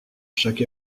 chaque